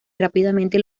rápidamente